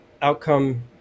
Outcome